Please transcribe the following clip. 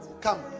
Come